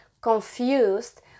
confused